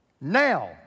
Now